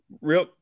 real